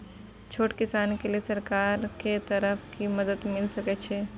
छोट किसान के लिए सरकार के तरफ कि मदद मिल सके छै?